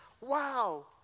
wow